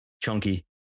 chunky